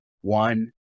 one